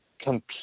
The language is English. compete